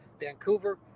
vancouver